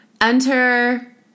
Enter